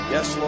Yes